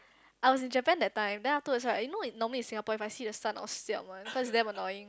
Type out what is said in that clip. I was in Japan that time then afterwards right you know normally in Singapore if I see the sun I will siam one because it's damn annoying